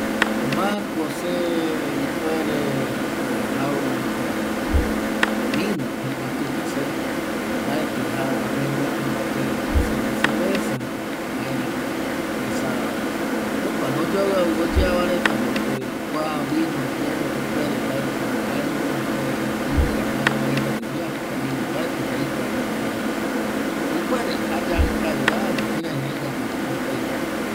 Mako se ipuere jau jaeko vino jegatuta se mbaetƚ jegatu mbateta seve cerveza jaeramo esa opano oyoavƚavƚ oyeava retano kua vinoko ipuere mbae nunga jaƚ mbae ƚvƚra jaƚvareta ndie oyeapo kua iru mbaetƚ yaikuano jaema ipuere jayajƚ kavira ani kirai jegatura mbaetƚ aikua